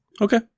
Okay